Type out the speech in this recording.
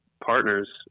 partners